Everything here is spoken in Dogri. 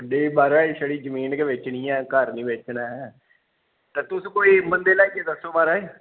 नेईं महाराज छड़ी जमीन गै बेचनी ऐ घर निं बेचना ऐ ते तुस कोई बंदें लेआइयै दस्सो महाराज